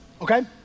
okay